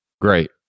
Great